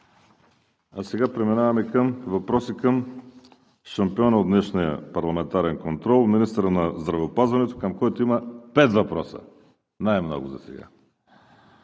А сега преминаваме с въпроси към шампиона в днешния парламентарен контрол – министърът на здравеопазването, към който има пет въпроса, най-много засега.